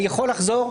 אני יכול לחזור,